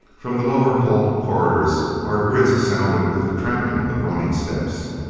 from the lower hull corridors our grids sounded with the tramping of running steps.